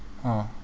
ah